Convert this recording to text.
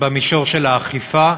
במישור של האכיפה.